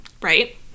Right